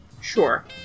Sure